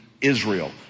Israel